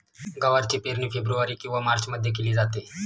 गवारची पेरणी फेब्रुवारी किंवा मार्चमध्ये केली जाते